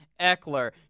Eckler